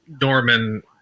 Norman